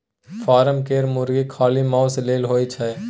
form केर मुरगी खाली माउस लेल होए छै